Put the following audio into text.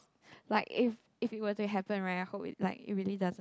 like if if it were to happen right I hope it like it really doesn't